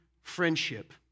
friendship